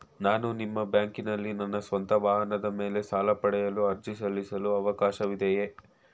ನಾನು ನಿಮ್ಮ ಬ್ಯಾಂಕಿನಲ್ಲಿ ನನ್ನ ಸ್ವಂತ ವಾಹನದ ಮೇಲೆ ಸಾಲ ಪಡೆಯಲು ಅರ್ಜಿ ಸಲ್ಲಿಸಲು ಅವಕಾಶವಿದೆಯೇ?